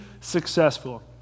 successful